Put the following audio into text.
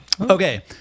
Okay